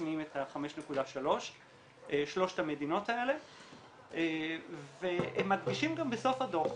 מיישמות את 5.3. הם מדגישים בסוף הדו"ח